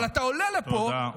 אבל אתה עולה לפה,